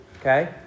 okay